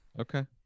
okay